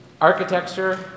Architecture